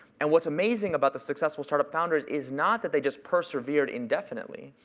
and what's amazing about the successful startup founders is not that they just persevered indefinitely,